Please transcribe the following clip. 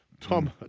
Tom